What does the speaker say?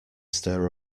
stir